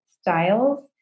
styles